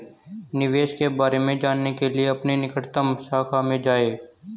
निवेश के बारे में जानने के लिए अपनी निकटतम शाखा में जाएं